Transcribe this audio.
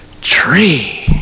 tree